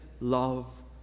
love